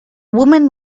woman